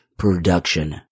production